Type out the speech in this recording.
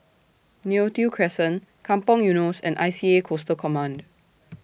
Neo Tiew Crescent Kampong Eunos and I C A Coastal Command